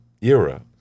era